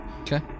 Okay